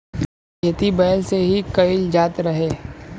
खेती बैल से ही कईल जात रहे